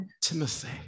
Timothy